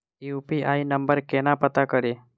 UPI number केना पत्ता कड़ी?